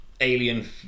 alien